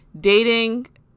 Dating